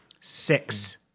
Six